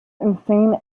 insane